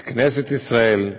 את כנסת ישראל,